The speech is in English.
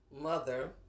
mother